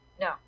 no